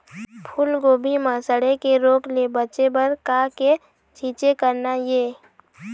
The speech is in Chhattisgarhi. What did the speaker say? फूलगोभी म सड़े के रोग ले बचे बर का के छींचे करना ये?